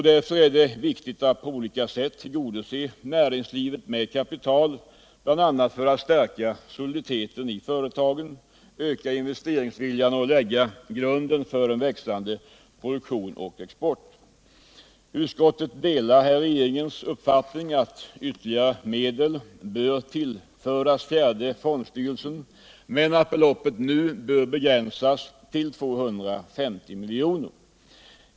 Därför är det viktigt att på olika sätt tillgodose näringslivets behov av kapital, bl.a. för att stärka soliditeten i företagen, öka investeringsviljan och lägga grunden för en växande produktion och export. Utskottet delar här regeringens uppfattning att ytterligare medel bör tillföras fjärde fondstyrelsen men att beloppet nu bör begränsas till 250 milj.kr.